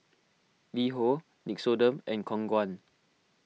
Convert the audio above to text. LiHo Nixoderm and Khong Guan